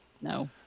No